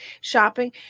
shopping